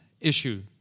issue